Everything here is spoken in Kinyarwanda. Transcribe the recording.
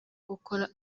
gukora